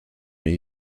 new